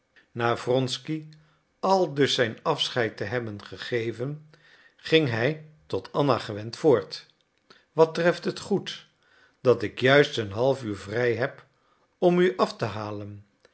na wronsky aldus zijn afscheid te hebben gegeven ging hij tot anna gewend voort wat treft het goed dat ik juist een half uur vrij heb om u af te halen